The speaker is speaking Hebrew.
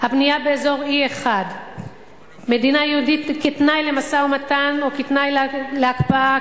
הבנייה באזור E1. מדינת יהודית כתנאי למשא-ומתן או כתנאי להקפאה,